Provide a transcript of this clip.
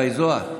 גיא זהר?